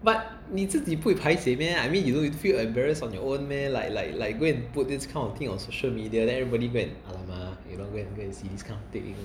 but 你自己不会 paiseh meh I mean you don't you feel embarrassed on your own meh like like like go and put this kind of thing on social media then everybody go and alamak go and go and see this kind of thing